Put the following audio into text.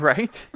Right